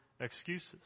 excuses